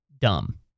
dumb